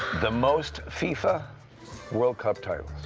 the most fifa world cup titles?